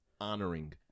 honoring